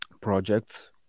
projects